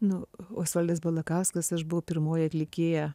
nu osvaldas balakauskas aš buvau pirmoji atlikėja